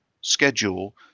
schedule